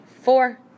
four